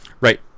right